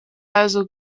also